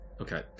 Okay